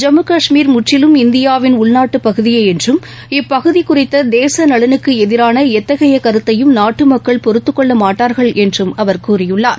ஜம்மு காஷ்மீர் முற்றிலும் இந்தியாவின் உள்நாட்டு பகுதியே என்றும் இப்பகுதி குறித்த தேச நலனுக்கு எதிரான எத்தகைய கருத்தையும் நாட்டு மக்கள் பொறுத்துக் கொள்ள மாட்டார்கள் என்றும் அவர் கூறியுள்ளார்